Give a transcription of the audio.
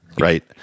Right